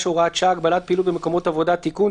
(הוראת שעה) (הגבלת פעילות במקומות עבודה) (תיקון),